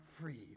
free